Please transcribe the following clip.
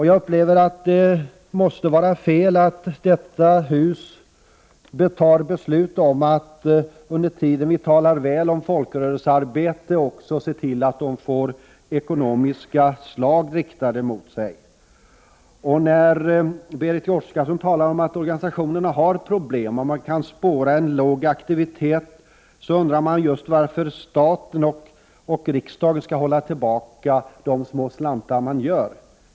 Jag upplever saken så, att det måste vara fel att vi i detta hus fattar beslut som innebär att vi, samtidigt som vi talar väl om folkrörelsearbete, medverkar till att det riktas ekonomiska slag mot folkrörelserna. Berit Oscarsson talar om att organisationerna har problem och säger att man kan spåra en låg aktivitet. Jag undrar då varför statsmakterna skall minska på de små slantar som ges.